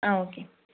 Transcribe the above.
ஆ okay